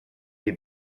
les